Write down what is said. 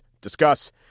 Discuss